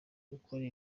gukora